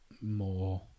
more